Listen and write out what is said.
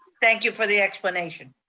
thank you for the explanation.